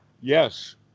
Yes